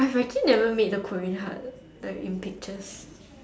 I've actually never make the Korean heart like in pictures